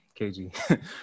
KG